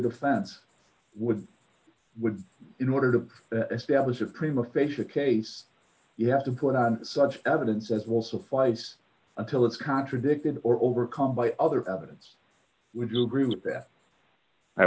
defense would would in order to establish a prima facia case you have to put on such evidence as will suffice until it's contradicted or overcome by other evidence would you agree with that i